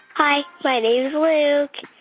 hi. my name's luke.